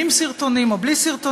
עם סרטונים או בלי סרטונים.